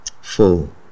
Full